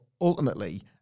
ultimately